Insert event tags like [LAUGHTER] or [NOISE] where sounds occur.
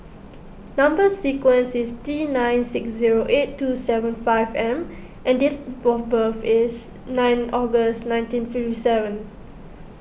Number Sequence is T nine six zero eight two seven five M and date [UNINTELLIGIBLE] of birth is nine August nineteen fifty seven